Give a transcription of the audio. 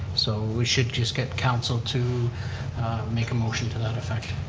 so we should just get council to make a motion to that effect.